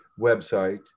website